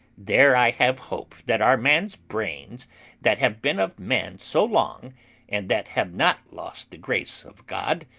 there i have hope that our man-brains that have been of man so long and that have not lost the grace of god,